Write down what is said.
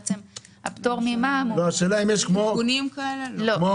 הפטור ממע"מ- -- בונה